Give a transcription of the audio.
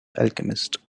alchemist